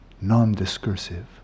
non-discursive